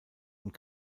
und